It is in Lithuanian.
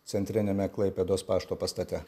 centriniame klaipėdos pašto pastate